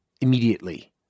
immediately